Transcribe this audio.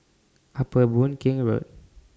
Upper Boon Keng Road